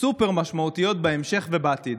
סופר-משמעותיות בהמשך ובעתיד.